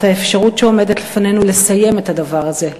האפשרות שעומדת לפנינו לסיים את הדבר הזה,